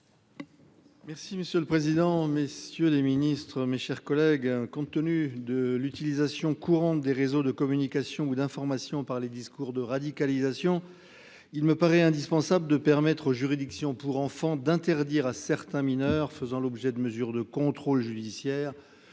est ainsi libellé : La parole est à M. André Reichardt. Compte tenu de l’utilisation courante des réseaux de communication ou d’information par les discours de radicalisation, il me paraît indispensable de permettre aux juridictions pour enfants d’interdire à certains mineurs, faisant l’objet de mesures de contrôle judiciaire,